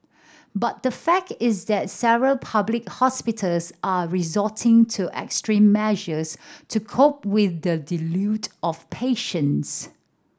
but the fact is that several public hospitals are resorting to extreme measures to cope with the of patients